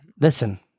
Listen